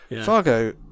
Fargo